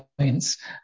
points